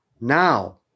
Now